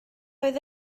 oedd